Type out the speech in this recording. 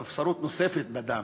ספסרות נוספת בדם,